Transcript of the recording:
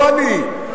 לא אני.